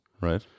Right